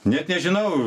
net nežinau